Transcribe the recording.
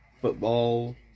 football